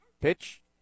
Pitch